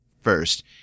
First